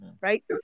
right